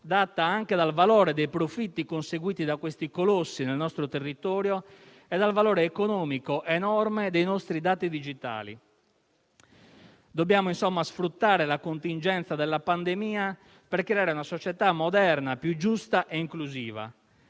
data anche dal valore dei profitti conseguiti da questi colossi nel nostro territorio e dal valore economico enorme dei nostri dati digitali. Dobbiamo insomma sfruttare la contingenza della pandemia per creare una società moderna, più giusta e inclusiva.